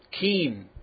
keen